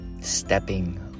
stepping